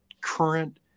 current